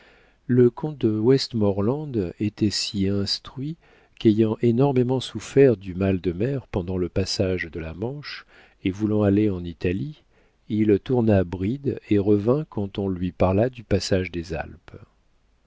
le comte de westmoreland était si instruit qu'ayant énormément souffert du mal de mer pendant le passage de la manche et voulant aller en italie il tourna bride et revint quand on lui parla du passage des alpes